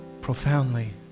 profoundly